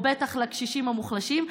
או בטח לקשישים המוחלשים,